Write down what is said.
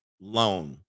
Loan